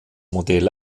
modell